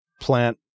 Plant